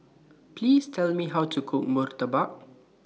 Please Tell Me How to Cook Murtabak